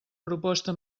proposta